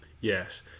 yes